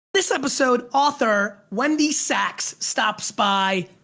this episode, author wendy sachs stops by,